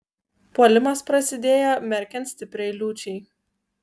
puolimas prasidėjo merkiant stipriai liūčiai